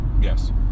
Yes